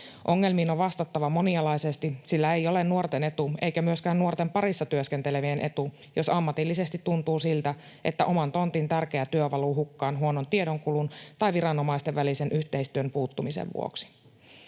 Ongelmiin on vastattava monialaisesti, sillä ei ole nuorten etu eikä myöskään nuorten parissa työskentelevien etu, jos ammatillisesti tuntuu siltä, että oman tontin tärkeä työ valuu hukkaan huonon tiedonkulun tai viranomaisten välisen yhteistyön puuttumisen vuoksi.